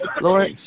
Lord